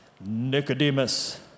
Nicodemus